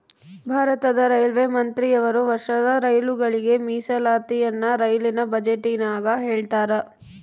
ಭಾರತದ ರೈಲ್ವೆ ಮಂತ್ರಿಯವರು ವರ್ಷದ ರೈಲುಗಳಿಗೆ ಮೀಸಲಾತಿಯನ್ನ ರೈಲಿನ ಬಜೆಟಿನಗ ಹೇಳ್ತಾರಾ